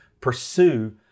pursue